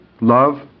Love